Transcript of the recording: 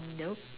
nope